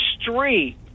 street